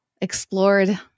explored